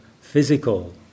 physical